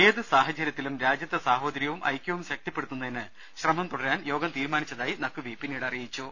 ഏതു സാഹചര്യത്തിലും രാജ്യത്തെ സാഹോദര്യവും ഐക്യവും ശക്തിപ്പെടുത്തുന്നതിന് ശ്രമം തുടരാൻ യോഗം തീരു മാനിച്ചതായും നഖ്വി പിന്നീട് അറിയിച്ചു